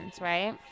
right